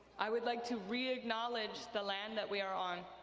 i would like to re-acknowledge the land that we are on,